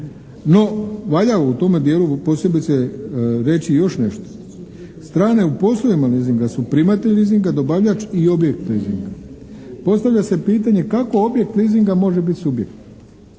No, valja u tome djelu posebice reći još nešto. Strane u poslovima leasinga su primatelji leasinga, dobavljač i objekt leasinga. Postavlja se pitanje kako objekt leasinga može bit subjekt